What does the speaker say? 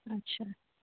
अच्छा